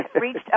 reached